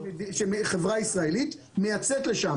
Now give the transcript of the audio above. חברה ישראלית מייצאת לשם